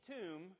tomb